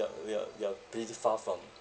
are we're we're pretty far from